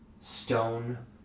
stone